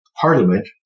parliament